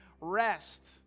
rest